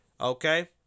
okay